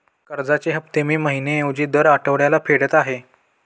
कर्जाचे हफ्ते मी महिन्या ऐवजी दर आठवड्याला फेडत आहे